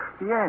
yes